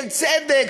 של צדק,